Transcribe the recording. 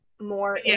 more